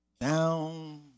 down